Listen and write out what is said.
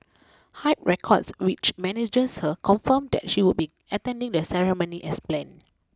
Hype Records which manages her confirmed that she would be attending the ceremony as planned